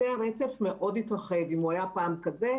קצה הרצף מאוד התרחב - אם הוא היה פעם כזה,